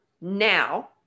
now